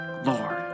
Lord